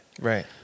Right